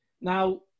Now